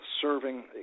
serving